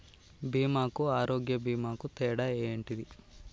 బీమా కు ఆరోగ్య బీమా కు తేడా ఏంటిది?